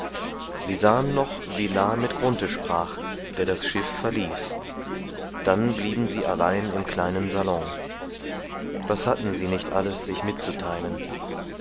sie sahen noch wie la mit grunthe sprach der das schiff verließ dann blieben sie allein im kleinen salon was hatten sie nicht alles sich mitzuteilen